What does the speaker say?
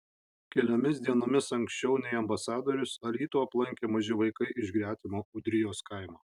keliomis dienomis anksčiau nei ambasadorius alytų aplankė maži vaikai iš gretimo ūdrijos kaimo